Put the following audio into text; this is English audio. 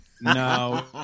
No